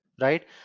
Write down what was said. right